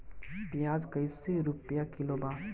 प्याज कइसे रुपया किलो बा?